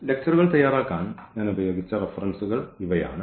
ലെക്ച്ചറുകൾ തയ്യാറാക്കാൻ ഞാൻ ഉപയോഗിച്ച റഫറൻസുകൾ ഇവയാണ്